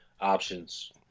options